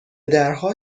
درها